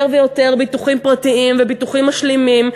ויותר ביטוחים פרטיים וביטוחים משלימים,